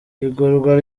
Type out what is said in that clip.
igurwa